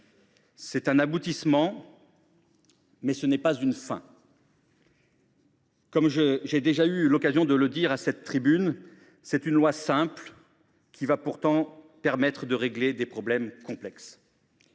est un aboutissement, mais non une fin. Comme j’ai déjà eu l’occasion de le dire à cette tribune, cette loi simple permettra de régler des problèmes complexes.